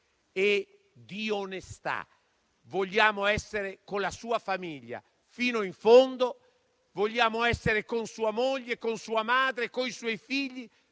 e di onestà. Noi vogliamo essere con la sua famiglia, fino in fondo. Vogliamo essere con sua moglie, con sua madre e coi suoi figli,